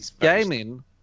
Gaming